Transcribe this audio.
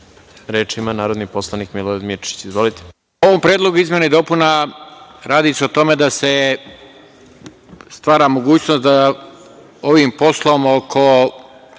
ima narodni poslanik Milorad Mirčić. Izvolite.